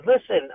Listen